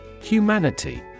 Humanity